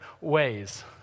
ways